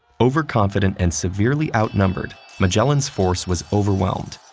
overconfident and severely outnumbered, magellan's force was overwhelmed,